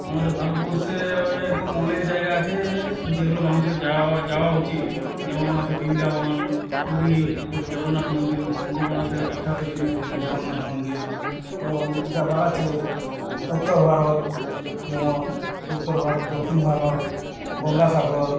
আমাদের ভারতবর্ষে এ এরকম অনেক জায়গা আছে যেগুলো মানুষের যাওয়া যাওয়া উচিত যেমন হচ্ছে বৃন্দাবন পুরী পুরীর জগন্নাথ মন্দির মন্দির মানে হচ্ছে বিখ্যাত জিনিস পুরীর জগন্নাথ মন্দির এবং যাবার আছে উত্তর ভারত যেমন উত্তর ভারত দক্ষিণ ভারত গঙ্গাসাগর